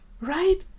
Right